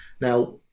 Now